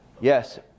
Yes